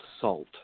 salt